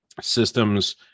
systems